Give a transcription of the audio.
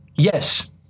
Yes